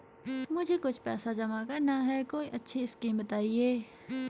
मुझे कुछ पैसा जमा करना है कोई अच्छी स्कीम बताइये?